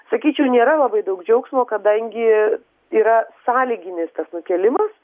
sakyčiau nėra labai daug džiaugsmo kadangi yra sąlyginis tas nukėlimas